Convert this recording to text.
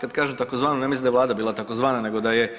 Kad kažem tzv. ne mislim da je Vlada bila takozvana, nego da je